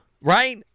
Right